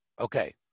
okay